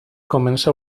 comença